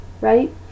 right